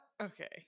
Okay